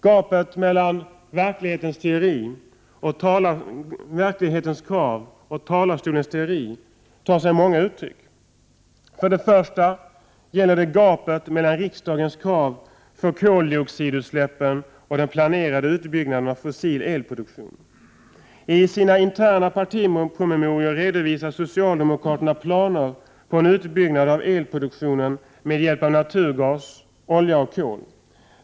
Gapet mellan verklighetens krav och talarstolens teori tar sig många uttryck. För det första gäller det gapet mellan riksdagens krav beträffande koldioxidutsläppen och den planerade utbyggnaden av fossil elproduktion. I sina interna partipromemorior redovisar socialdemokraterna planer på en utbyggnad av elproduktionen med hjälp av naturgas, olja och kol.